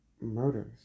murders